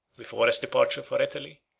before his departure for italy,